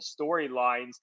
storylines